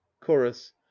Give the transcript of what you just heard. chorus